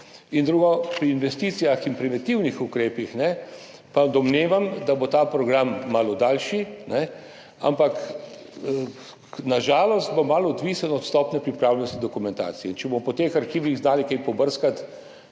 In drugo. Pri investicijah in preventivnih ukrepih pa domnevam, da bo ta program malo daljši, ampak na žalost bo malo odvisen od stopnje pripravljenosti dokumentacije in če bomo po teh arhivih znali kaj pobrskati,